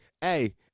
hey